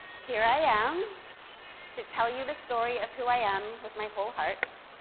here i am to tell you the story of who i am with my whole heart,